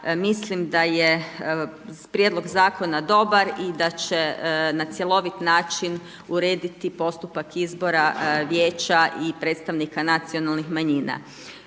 mislim da je prijedlog zakona dobar i da će na cjelovit način urediti postupak izbora vijeća i predstavnika nacionalnih manjina.